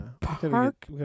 Park